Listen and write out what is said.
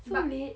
so late